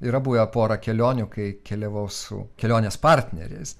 yra buvę pora kelionių kai keliavau su kelionės partneriais